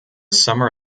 summer